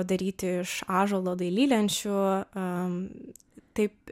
daryti iš ąžuolo dailylenčių a taip